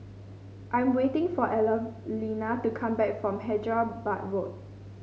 I'm waiting for Evalena to come back from Hyderabad Road